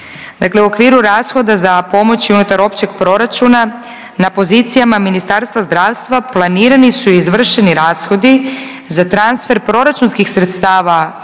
Dakle u okviru rashoda za pomoći unutar općeg proračuna, na pozicijama Ministarstva zdravstva planirani su i izvršeni rashodi za transfer proračunskih sredstava